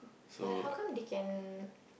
but how come they can